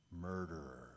Murderer